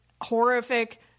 horrific